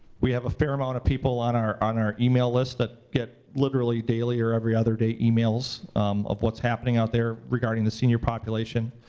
we have a fair amount of people on our on our email list that get literally daily, or every other day, emails of what's happening out there regarding the senior population.